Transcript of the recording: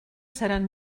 seran